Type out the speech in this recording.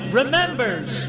remembers